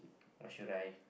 or should I